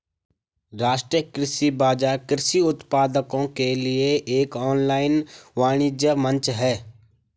राष्ट्रीय कृषि बाजार कृषि उत्पादों के लिए एक ऑनलाइन वाणिज्य मंच है